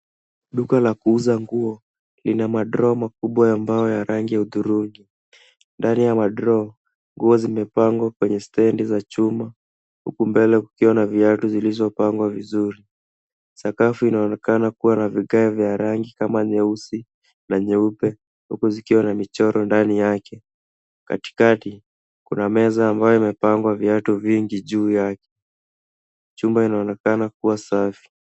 Duka la kuuza nguo lina madroo makubwa ya mbao ya rangi ya hudhurungi. Ndani ya madroo nguo zimepangwa kwenye stendi za chuma, huku mbele kukiwa na viatu zilizopangwa vizuri. Sakafu inaonekana kuwa na vigae vya rangi kama nyeusi na nyeupe, huku zikiwa na michoro ndani yake, katikati kuna meza ambayo imepangwa viatu vingi juu yake. Chumba inaonekana kuwa safi.